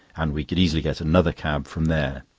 and we could easily get another cab from there.